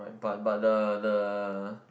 but but the the